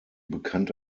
bekannt